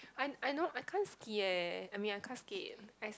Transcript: I I know I can't ski eh I mean I can't ski